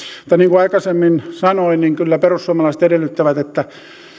tai niin kuin aikaisemmin sanoin niin kyllä perussuomalaiset edellyttävät että